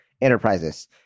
enterprises